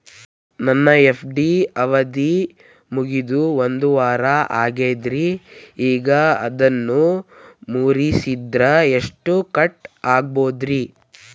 ನನ್ನ ಎಫ್.ಡಿ ಅವಧಿ ಮುಗಿದು ಒಂದವಾರ ಆಗೇದ್ರಿ ಈಗ ಅದನ್ನ ಮುರಿಸಿದ್ರ ಎಷ್ಟ ಕಟ್ ಆಗ್ಬೋದ್ರಿ?